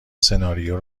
سناریو